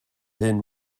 hyn